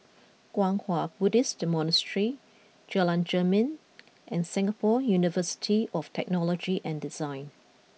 Kwang Hua Buddhist Monastery Jalan Jermin and Singapore University of Technology and Design